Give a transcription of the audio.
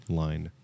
line